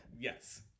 Yes